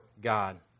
God